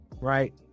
right